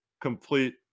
complete